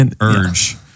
urge